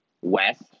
west